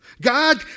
God